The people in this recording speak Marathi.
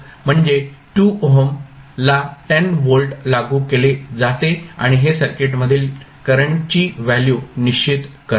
म्हणजे 2 ओहम ला 10 व्होल्ट लागू केले जाते आणि हे सर्किट मधील करंटची व्हॅल्यू निश्चित करते